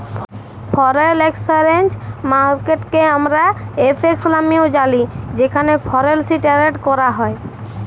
foreign exchange মার্কেটকে আমরা FX লামেও জালি যেখালে ফরেলসি টেরেড ক্যরা হ্যয়